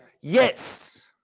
Yes